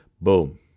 Boom